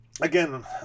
Again